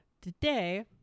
today